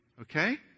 Okay